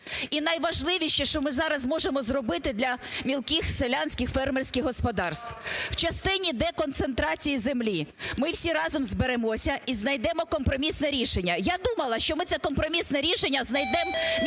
і найважливіше, що ми зараз можемо зробити для мілких селянських фермерських господарств. В частині деконцентрації землі, ми всі разом зберемося і знайдемо компромісне рішення. Я думала, що ми це компромісне рішення знайдемо